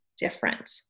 different